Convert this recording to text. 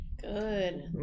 good